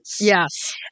Yes